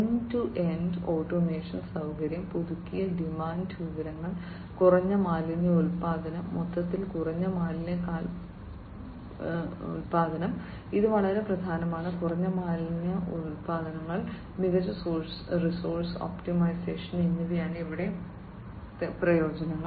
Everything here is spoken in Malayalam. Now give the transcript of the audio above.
എൻഡ് ടു എൻഡ് ഓട്ടോമേഷൻ സൌകര്യം പുതുക്കിയ ഡിമാൻഡ് വിവരങ്ങൾ കുറഞ്ഞ മാലിന്യ ഉൽപ്പാദനം മൊത്തത്തിൽ കുറഞ്ഞ മാലിന്യ കാൽപ്പാടുകൾ ഇത് വളരെ പ്രധാനമാണ് കുറഞ്ഞ മാലിന്യ കാൽപ്പാടുകൾ മികച്ച റിസോഴ്സ് ഒപ്റ്റിമൈസേഷൻ എന്നിവയാണ് ഇവിടെ പ്രയോജനങ്ങൾ